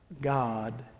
God